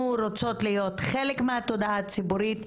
אנחנו רוצות להיות חלק מהתודעה הציבורית,